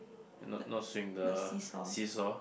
not not swing the seesaw